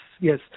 yes